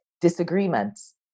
disagreements